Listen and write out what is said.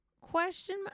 Question